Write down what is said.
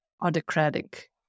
autocratic